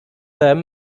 them